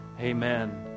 amen